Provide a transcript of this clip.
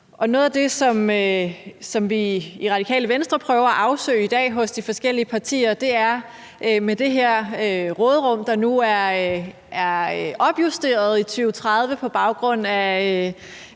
Noget af det, som vi i Radikale Venstre prøver at finde ud af i dag, er, hvordan de forskellige partier vil bruge pengene fra det råderum, der nu er opjusteret i 2030 på baggrund af